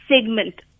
segment